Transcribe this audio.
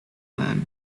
then